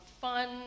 fun